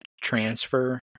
transfer